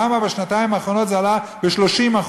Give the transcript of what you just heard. למה בשנתיים האחרונות הם עלו ב-30%?